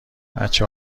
بچه